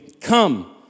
come